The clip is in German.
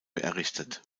errichtet